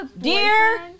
dear